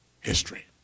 history